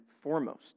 foremost